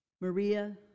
Maria